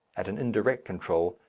at an indirect control,